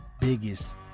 biggest